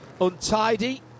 Untidy